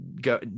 go